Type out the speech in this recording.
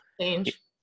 change